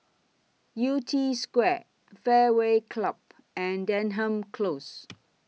Yew Tee Square Fairway Club and Denham Close